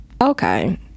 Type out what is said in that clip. Okay